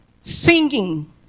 singing